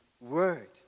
word